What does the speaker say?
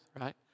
right